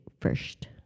first